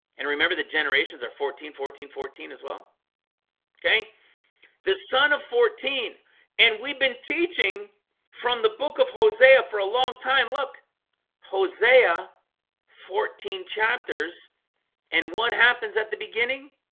and remember the generations are fourteen fourteen fourteen as well okay the son of fourteen and we've been teaching from the book of hosea for a long time. look hosea fourteen chapters and what happens at the beginning?